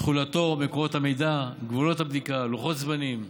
תכולתו, מקורות המידע, גבולות הבדיקה, לוח זמנים,